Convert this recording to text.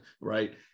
right